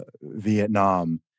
vietnam